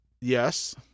Yes